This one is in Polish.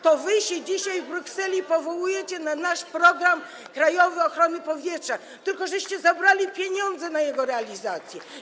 To wy się dzisiaj w Brukseli powołujecie na nasz „Krajowy program ochrony powietrza”, tylko żeście zabrali pieniądze na jego realizację.